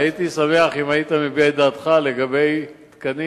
הייתי שמח אם היית מביע את דעתך לגבי תקנים